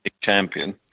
champion